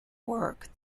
work